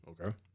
Okay